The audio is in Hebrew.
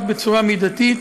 רק בצורה מידתית,